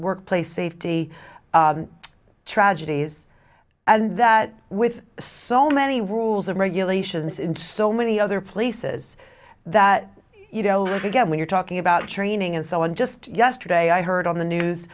workplace safety tragedies and that with so many rules and regulations in so many other places that you know again when you're talking about training and so on just yesterday i heard on the news